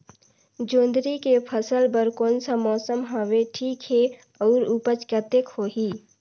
जोंदरी के फसल बर कोन सा मौसम हवे ठीक हे अउर ऊपज कतेक होही?